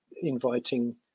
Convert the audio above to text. inviting